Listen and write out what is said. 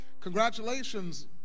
Congratulations